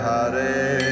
Hare